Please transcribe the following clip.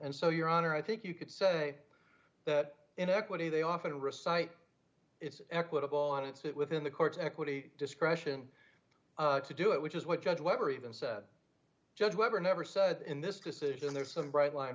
and so your honor i think you could say that in equity they often recite it's equitable on it's it within the court's equity discretion to do it which is what judge webber even said judge webber never said in this decision there's some bright line